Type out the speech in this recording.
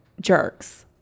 jerks